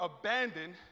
abandoned